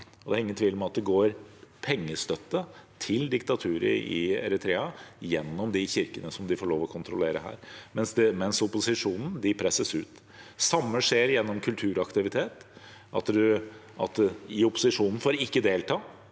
Det er ingen tvil om at det går pengestøtte til diktaturet i Eritrea gjennom de kirkene som de får lov til å kontrollere her, mens opposisjonen presses ut. Det samme skjer gjennom kulturaktivitet. Opposisjonen får ikke delta,